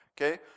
okay